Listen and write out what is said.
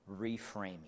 reframing